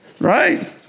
Right